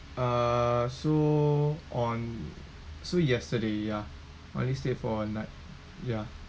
uh so on so yesterday ya only stay for a night ya